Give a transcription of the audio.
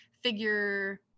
figure